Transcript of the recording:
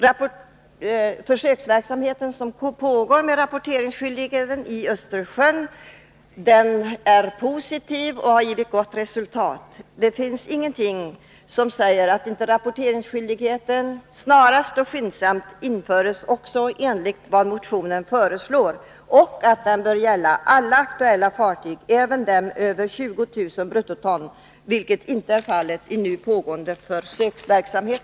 Den försöksverksamhet med rapporteringsskyldighet som pågår i Östersjön är positiv och har gett gott resultat. Det finns ingenting som säger att rapporteringsskyldigheten inte snarast och skyndsamt bör införas också enligt vad som föreslås i motionen och att den bör gälla alla aktuella fartyg, 51 även sådana under 20 000 bruttoregisterton — vilket inte är fallet i nu pågående försöksverksamhet.